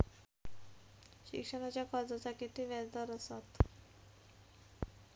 शिक्षणाच्या कर्जाचा किती व्याजदर असात?